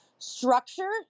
Structure